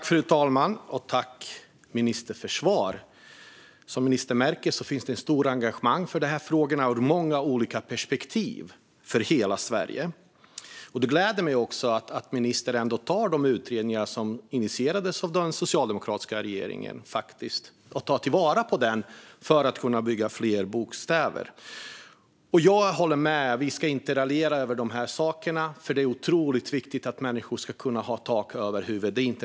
Fru talman! Jag tackar ministern för svaren. Som ministern märker finns det ett stort engagemang för de här frågorna och många olika perspektiv för hela Sverige. Det gläder mig att ministern tar till vara de utredningar som initierades av den socialdemokratiska regeringen för att kunna bygga fler bostäder. Jag håller med om att vi inte ska raljera över de här sakerna, för det är otroligt viktigt att människor har tak över huvudet.